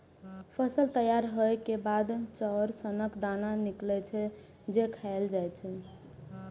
फसल तैयार होइ के बाद चाउर सनक दाना निकलै छै, जे खायल जाए छै